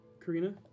Karina